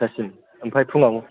आदथासिम ओमफ्राय फुंआव